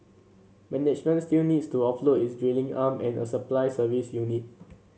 management still needs to offload its drilling arm and a supply service unit